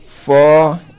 Four